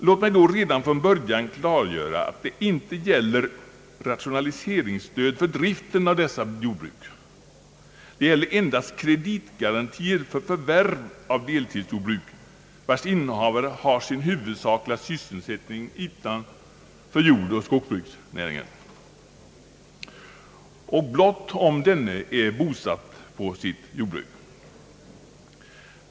Låt mig då redan från början klargöra, att det inte gäller rationaliseringsstöd för driften av dessa jordbruk — det gäller enbart kreditgarantier vid förvärv av deltidsjordbruk vilkas innehavare har sin huvudsakliga sysselsättning utanför jordoch skogsbruksnäringen, och blott om vederbörande är bosatt på sitt jordbruk.